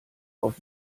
auf